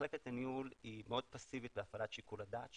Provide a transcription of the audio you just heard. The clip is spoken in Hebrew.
מחלקת הניהול מאוד פאסיבית בהפעלת שיקול הדעת שלה,